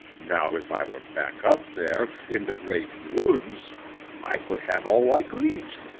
now if i were back up there in the great woods i could have all i could eat.